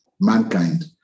mankind